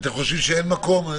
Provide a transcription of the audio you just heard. אתם חושבים שאין מקום?